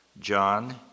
John